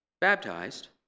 baptized